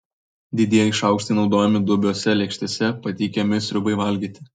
didieji šaukštai naudojami dubiose lėkštėse patiekiamai sriubai valgyti